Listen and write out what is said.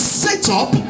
setup